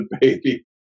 baby